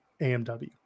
AMW